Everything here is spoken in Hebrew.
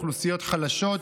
אוכלוסיות חלשות.